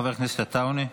חבר הכנסת עטאונה.